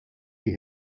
die